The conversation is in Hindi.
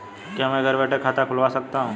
क्या मैं घर बैठे खाता खुलवा सकता हूँ?